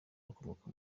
ukomoka